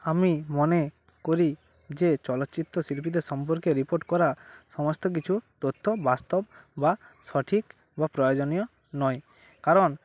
আমি মনে করি যে চলচ্চিত্র শিল্পীদের সম্পর্কে রিপোর্ট করা সমস্ত কিছু তথ্য বাস্তব বা সঠিক বা প্রয়োজনীয় নয় কারণ